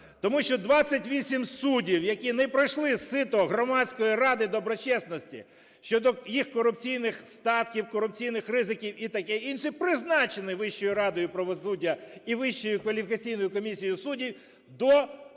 тому що 28 суддів, які не пройшли сито Громадської ради доброчесності щодо їх корупційних статків, корупційних ризиків і таке інше, призначені Вищою радою правосуддя і Вищою кваліфікаційною комісією суддів до суддів